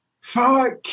fuck